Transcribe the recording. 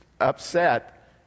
upset